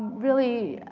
really,